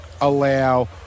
allow